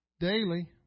daily